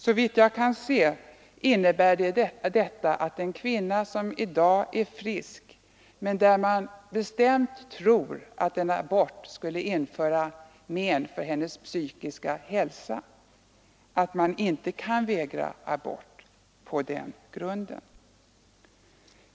Såvitt jag kan förstå innebär detta att man inte kan vägra abort om kvinnan är frisk, fastän man är fullt medveten om att en abort skulle kunna medföra psykiska men för henne.